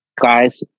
Guys